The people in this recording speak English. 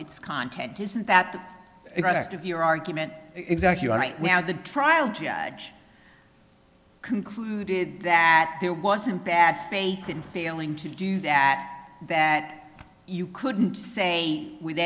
its content isn't that correct of your argument exactly right now the trial judge concluded that there wasn't bad faith in failing to do that that you couldn't say with